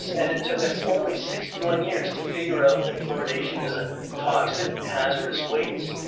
and it took us only sixty one years to figure out that fluoridation is a toxic hazardous waste.